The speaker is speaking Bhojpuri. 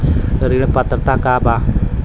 ऋण पात्रता का बा?